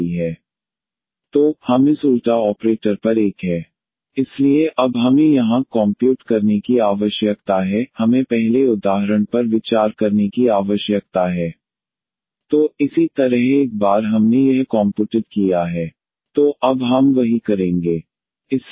तो हम इस उलटा ऑपरेटर पर एक है 1D2a2sec ax 12ia1D ia 1Diasec ax यह विचार इसलिए है क्योंकि हम इस सूत्र को पहले से ही जानते हैं 1D ia or 1Dia इसलिए अब हमें यहां कॉम्प्युट करने की आवश्यकता है हमें पहले उदाहरण पर विचार करने की आवश्यकता है 1D iasec ax eiaxsec ax e iaxdx eiaxxialn cos ax तो इसी तरह एक बार हमने यह कॉमपुटेड कीया है 1Diasec ax e iaxx ialn cos ax तो अब हम वही करेंगे